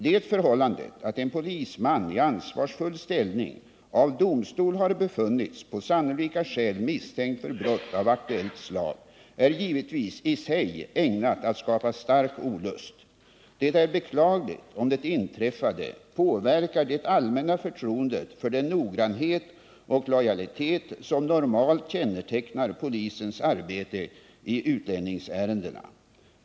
Det förhållandet att en polisman i ansvarsfull ställning av domstol har befunnits på sannolika skäl misstänkt för brott av aktuellt slag är givetvis i sig ägnat att skapa stark olust. Det är beklagligt om det inträffade påverkar det allmänna förtroendet för den noggrannhet och lojalitet som normalt kännetecknar polisens arbete i utlänningsärendena.